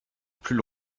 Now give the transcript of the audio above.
plus